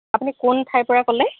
আপুনি কোন ঠাইৰ পৰা ক'লে